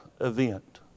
event